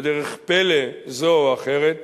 בדרך פלא זו או אחרת,